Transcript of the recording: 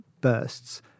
bursts